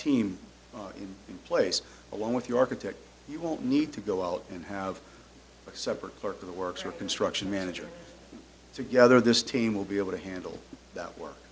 team in place along with your protect you won't need to go out and have a separate part of the works or construction manager together this team will be able to handle that work